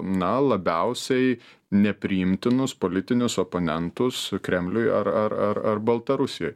na labiausiai nepriimtinus politinius oponentus kremliuj ar ar ar ar baltarusijoj